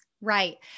Right